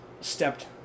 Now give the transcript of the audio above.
stepped